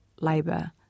Labour